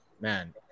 man